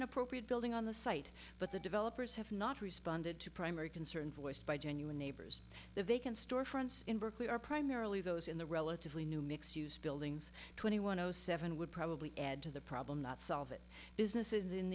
an appropriate building on the site but the developers have not responded to primary concern voiced by genuine neighbors the vacant storefronts in berkeley are primarily those in the relatively new mixed use buildings twenty one zero seven would probably add to the problem not solve it businesses in